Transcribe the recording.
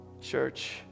Church